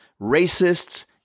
racists